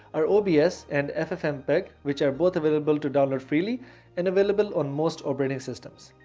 are obs and ffmpeg, which are both available to download freely and available on most operating systems.